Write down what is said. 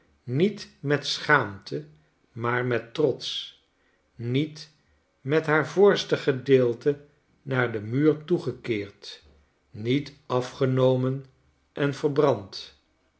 niet met schaamte maar met trots niet met haar voorste gedeelte naar den muur toegekeerd niet afgenomen en verbrand